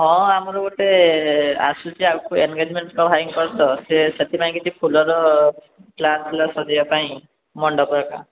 ହଁ ଆମର ଗୋଟେ ଆସୁଛି ଆଗକୁ ଏନ୍ଗେଜ୍ମେଣ୍ଟ ଭାଇଙ୍କର ତ ସେ ସେଥିଲାଗି କିଛି ଫୁଲର ଗ୍ଲାସ୍ ଫ୍ଲାସ୍ ସଜାଇବା ପାଇଁ ମଣ୍ଡପର